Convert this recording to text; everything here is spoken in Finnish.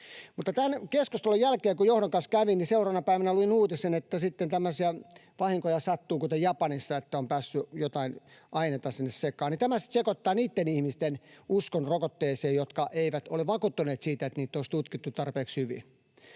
tämän keskustelun jälkeen, jonka johdon kanssa kävin, luin uutisen, että sitten sattuu tämmöisiä vahinkoja kuten Japanissa, että on päässyt jotain ainetta sinne sekaan. Tämä sitten sekoittaa niitten ihmisten uskon rokotteeseen, jotka eivät ole vakuuttuneita siitä, että niitä olisi tutkittu tarpeeksi hyvin.